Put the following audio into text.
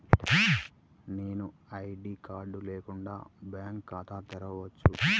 నేను ID card లేకుండా bank ఖాతా తెరవచ్చా?